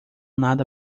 nada